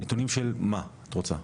איזה נתונים את רוצה?